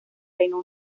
reino